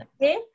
Okay